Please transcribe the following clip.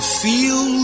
feel